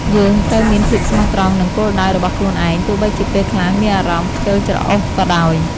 យើងត្រូវមានភាពស្មោះត្រង់នឹងគោលដៅរបស់ខ្លួនឯង ទោះបីជាពេលខ្លះមានអារម្មណ៍ខ្ជិលច្រអូសក៏ដោយ។